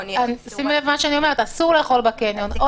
אסור לאכול בקניון.